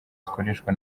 zikoreshwa